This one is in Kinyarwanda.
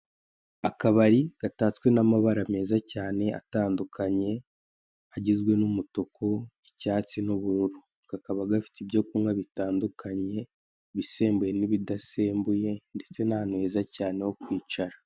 Akabari gatatswe n'amabara meza cyane atandukanye agizwe n'umutuku, icyatsi n'ubururu, kakaba gafite ibyo kunywa bitandukanye, ibisembuye n'ibidasembuyee ndetse n'ahantu heza cyane ho kwicara.